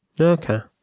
okay